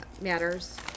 matters